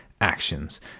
actions